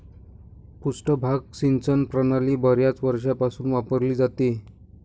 पृष्ठभाग सिंचन प्रणाली बर्याच वर्षांपासून वापरली जाते